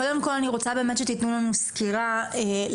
קודם כל אני רוצה באמת שתתנו לנו סקירה כמה